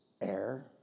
air